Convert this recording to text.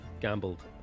gambled